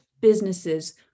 businesses